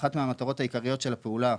ואחת מהמטרות העיקריות של פעולה,